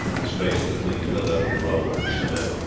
the space between filled up with rubble and cement,